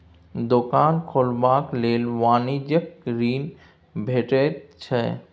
दोकान खोलबाक लेल वाणिज्यिक ऋण भेटैत छै